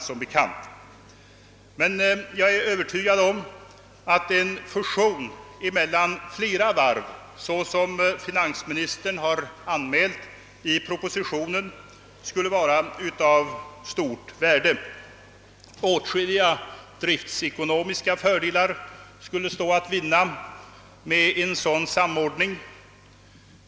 Jag är emellertid övertygad om att en fusion mellan flera varv, såsom finansministern har förordat i propositionen, skulle vara av stort värde. Åtskilliga driftsekonomiska fördelar skulle stå att vinna med en sådan samordning.